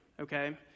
okay